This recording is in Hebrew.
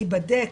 ייבדק,